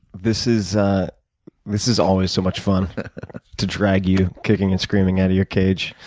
this is this is always so much fun to drag you, kicking and screaming, out of your cage.